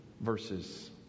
verses